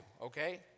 Okay